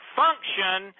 function